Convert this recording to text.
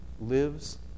lives